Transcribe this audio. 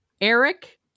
Eric